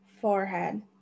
forehead